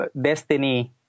Destiny